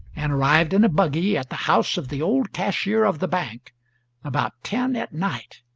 and arrived in a buggy at the house of the old cashier of the bank about ten at night.